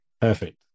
Perfect